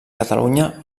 catalunya